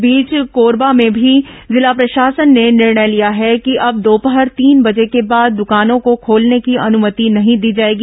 इस बीच कोरबा में भी जिला प्रशासन ने निर्णय लिया है कि अब दोपहर तीन बजे के बाद दुकानों को खोलने की अनुमति नहीं दी जाएगी